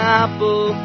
apple